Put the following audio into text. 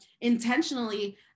intentionally